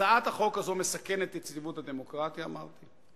הצעת החוק הזאת מסכנת את יציבות הדמוקרטיה, אמרנו.